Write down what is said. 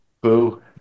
Boo